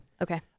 Okay